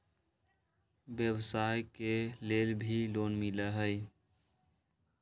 व्यवसाय के लेल भी लोन मिलहई?